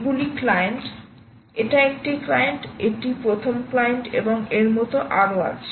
এগুলি ক্লায়েন্ট এটা একটি ক্লায়েন্ট এটি প্রথম ক্লায়েন্ট এবং এর মতো আরো আছে